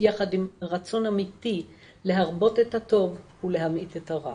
יחד עם רצון אמיתי להרבות את הטוב ולהמעיט את הרע.